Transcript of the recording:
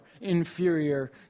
inferior